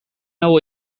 hau